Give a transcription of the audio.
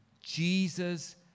Jesus